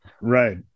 right